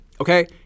Okay